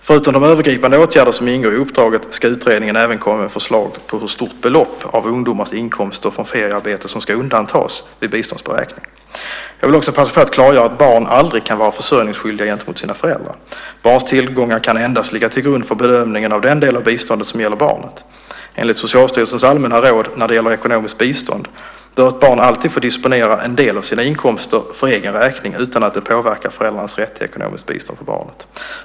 Förutom de övergripande åtgärder som ingår i uppdraget ska utredningen även komma med förslag på hur stort belopp av ungdomars inkomster från feriearbete som ska undantas vid biståndsberäkning . Jag vill också passa på att klargöra att barn aldrig kan vara försörjningsskyldiga gentemot sina föräldrar. Barns tillgångar kan endast ligga till grund för bedömningen av den del av biståndet som gäller barnet. Enligt Socialstyrelsens allmänna råd när det gäller ekonomiskt bistånd bör ett barn alltid få disponera en del av sina inkomster för egen räkning utan att det påverkar föräldrarnas rätt till ekonomiskt bistånd för barnet.